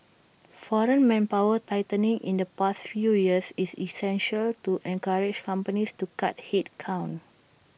foreign manpower tightening in the past few years is essentially to encourage companies to cut headcount